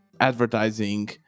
advertising